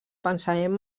pensament